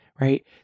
right